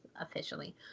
officially